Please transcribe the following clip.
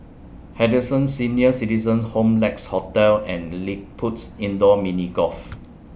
Henderson Senior Citizens' Home Lex Hotel and LilliPutt's Indoor Mini Golf